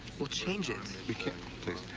well, change it. we can't please.